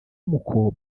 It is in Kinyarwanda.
muko